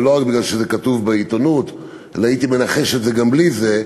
ולא רק כי זה כתוב בעיתונות אלא הייתי מנחש את זה גם בלי זה,